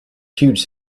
huge